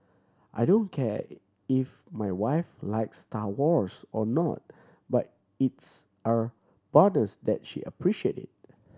I don't care if my wife likes Star Wars or not but it's a bonus that she appreciate it